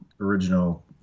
original